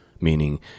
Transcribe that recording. Meaning